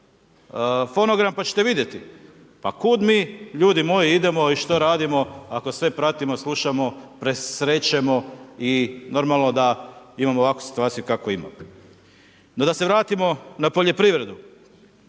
fonogram pa ćete vidjeti. Pa kuda mi ljudi moji idemo i što radimo, ako sve pratimo i slušamo, presrećemo i normalno da imamo ovakvu situaciju kakvu imamo. No da se vratimo na poljoprivredu,